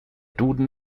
duden